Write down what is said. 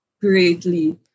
greatly